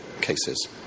cases